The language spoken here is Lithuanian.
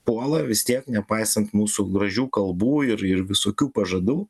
puola vis tiek nepaisant mūsų gražių kalbų ir ir visokių pažadų